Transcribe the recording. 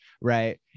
Right